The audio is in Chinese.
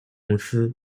公司